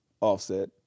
Offset